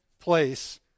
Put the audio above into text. place